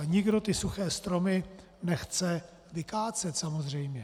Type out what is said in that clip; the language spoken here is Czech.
Nikdo ty suché stromy nechce vykácet, samozřejmě.